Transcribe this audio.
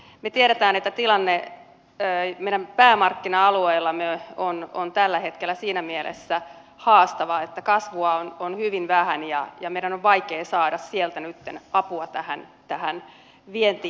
me tiedämme että tilanne meidän päämarkkina alueillamme on tällä hetkellä siinä mielessä haastava että kasvua on hyvin vähän ja meidän on vaikea saada sieltä nytten apua tähän vientiongelmaamme